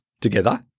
together